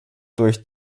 durch